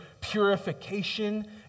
purification